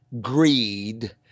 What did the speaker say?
greed